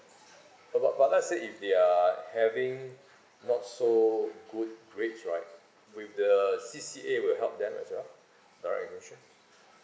but but but let's say if they uh having not so good grades right will the C_C_A will help them as well direct admission